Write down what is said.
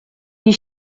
die